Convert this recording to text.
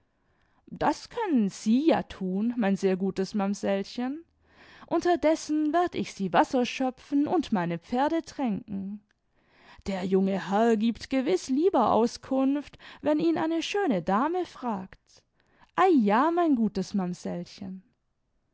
das können sie ja thun mein sehr gutes mamsellchen unterdessen werd ich sie wasser schöpfen und meine pferde tränken der junge herr giebt gewiß lieber auskunft wenn ihn eine schöne dame fragt ei ja mein gutes